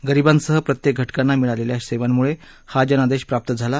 गरीबांसह प्रत्येक घटकांना मिळालेल्या सेवांमुळे हा जनादेश प्राप्त झाला